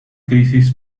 crisis